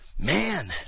Man